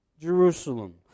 Jerusalem